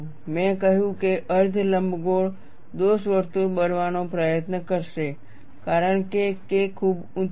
મેં કહ્યું કે અર્ધ લંબગોળ દોષ વર્તુળ બનવાનો પ્રયત્ન કરશે કારણ કે K ખૂબ ઊંચી છે